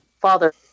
father